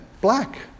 black